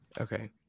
Okay